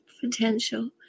potential